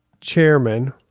chairman